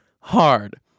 hard